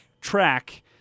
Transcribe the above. track